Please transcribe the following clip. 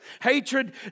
Hatred